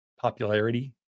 popularity